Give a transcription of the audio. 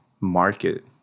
market